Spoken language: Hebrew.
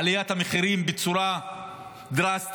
את עליית המחירים בצורה דרסטית,